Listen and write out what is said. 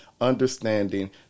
understanding